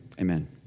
amen